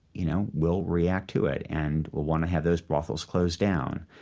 you know, will react to it and will want to have those brothels closed down.